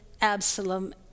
Absalom